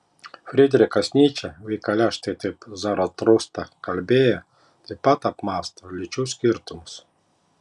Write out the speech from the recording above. frydrichas nyčė veikale štai taip zaratustra kalbėjo taip pat apmąsto lyčių skirtumus